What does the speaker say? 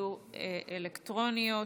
יהיו אלקטרוניות.